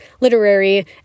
literary